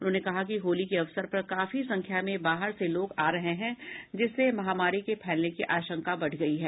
उन्होंने कहा कि होली के अवसर पर काफी संख्या में बाहर से लोग आ रहे हैं जिससे महामारी के फैलने की आशंका बढ़ गयी है